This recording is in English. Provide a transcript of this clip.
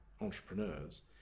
entrepreneurs